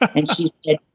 ah and she said,